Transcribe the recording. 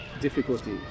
difficulty